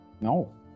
No